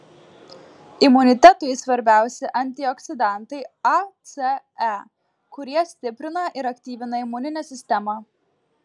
imunitetui svarbiausi antioksidantai a c e kurie stiprina ir aktyvina imuninę sistemą